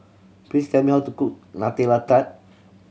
please tell me how to cook Nutella Tart